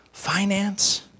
finance